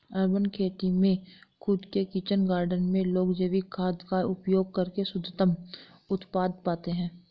urban खेती में खुद के किचन गार्डन में लोग जैविक खाद का उपयोग करके शुद्धतम उत्पाद पाते हैं